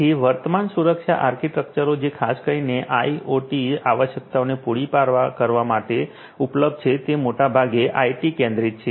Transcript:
તેથી વર્તમાન સુરક્ષા આર્કિટેક્ચરો જે ખાસ કરીને આઇઓટી આવશ્યકતાઓને પૂરી કરવા માટે ઉપલબ્ધ છે તે મોટા ભાગે આઇટી કેન્દ્રિત છે